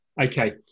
Okay